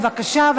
בבקשה,